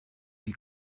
die